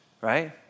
right